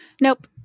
Nope